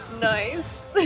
Nice